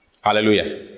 Hallelujah